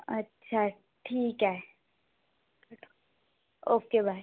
अच्छा ठीक आहे ओके बाय